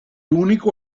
único